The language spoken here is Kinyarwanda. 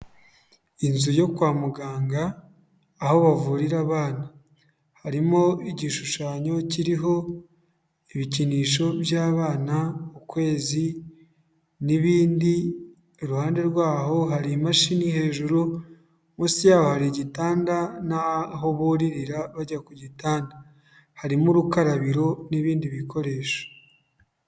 Inzu yo kwa muganga, aho bavurira abana, harimo igishushanyo kiriho ibikinisho by'abana, ukwezi n'ibindi, iruhande rwaho hari imashini hejuru, munsi yaho hari gitanda n'aho buririra bajya ku gitanda, harimo urukarabiro n'ibindi bikoresho.